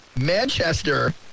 Manchester